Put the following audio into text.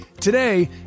Today